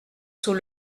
sous